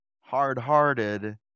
hard-hearted